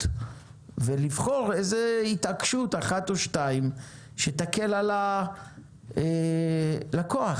ולבחור התעקשות אחת או שתיים שתקל על הלקוח.